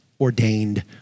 ordained